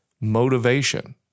motivation